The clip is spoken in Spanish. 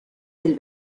del